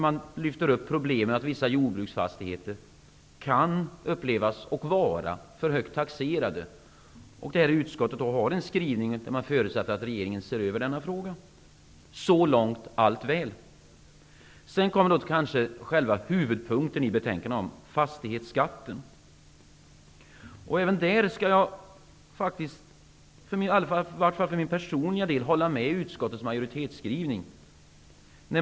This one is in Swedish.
Man tar upp problemet att vissa jordbruksfastigheter kan upplevas vara för högt taxerade. Utskottet har här en skrivning där man förutsätter att regeringen ser över denna fråga. Så långt är allt väl. Sedan kommer själva huvudpunkten i betänkandet, nämligen fastighetsskatten. Även där vill jag i varje fall för min personliga del hålla med utskottsmajoriteten i sin skrivning.